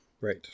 right